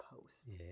post